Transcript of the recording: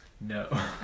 No